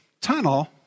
tunnel